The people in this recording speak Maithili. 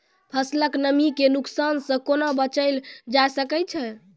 फसलक नमी के नुकसान सॅ कुना बचैल जाय सकै ये?